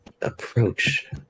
approach